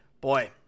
Boy